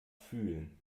fühlen